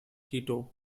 tito